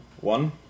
One